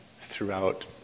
throughout